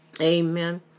Amen